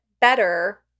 better